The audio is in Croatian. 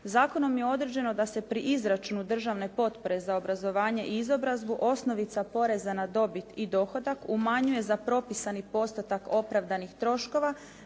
Zakonom je određeno da se pri izračunu državne potpore za obrazovanje i izobrazbu osnovica poreza na dobit i dohodak umanjuje za propisani postotak opravdanih troškova